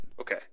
Okay